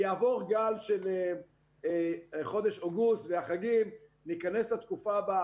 יעבור גל של חודש אוגוסט והחגים וניכנס לתקופה הבאה.